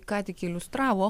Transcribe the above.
ką tik iliustravo